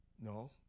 no